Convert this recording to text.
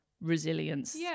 resilience